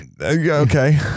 okay